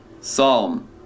Psalm